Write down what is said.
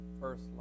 first